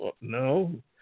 No